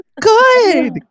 Good